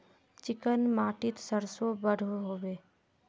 Chicken माटित सरसों बढ़ो होबे?